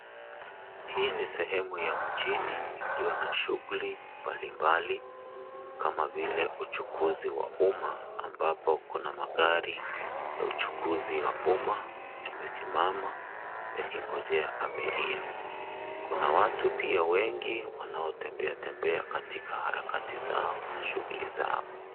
Hii ni sehemu ya mjinj iliyo na shughuli mbalimbali kama vile uchukuzi wa uma ambapo kuna magari ya uchukuzi ya Uma yamesimama yakingojea abiria . Kuna watu pia wengi wanatembea katika harakati zao na shughuli zao.